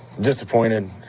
disappointed